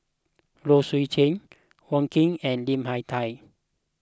Low Swee Chen Wong Keen and Lim Hak Tai